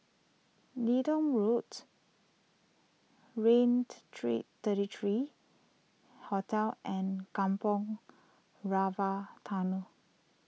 Leedon Roads Raintr three thirty three Hotel and Kampong Rava Tunnel